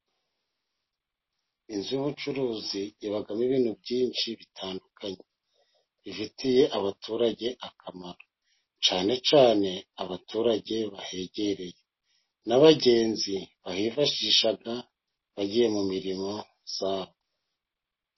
Inzu y'ubucuruzi ibamo ibintu byinshi bitandukanye bifitiye abaturage akamaro, cyane cyane abaturage bahegereye, n'abagenzi bahifashisha bagiye mu mirimo yabo.